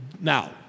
Now